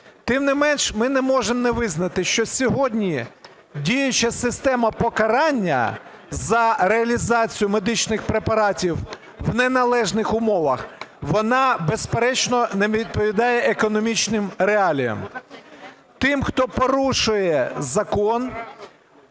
Тим не менше ми не можемо не визнати, що сьогодні діюча система покарання за реалізацію медичних препаратів у неналежних умовах, вона, безперечно, не відповідає економічним реаліям. Тим, хто порушує закон,